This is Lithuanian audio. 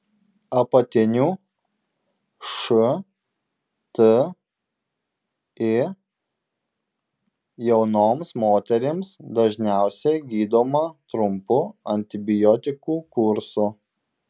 apatinių šti jaunoms moterims dažniausiai gydoma trumpu antibiotikų kursu